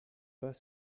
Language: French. pas